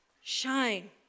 shine